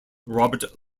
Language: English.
robert